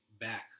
back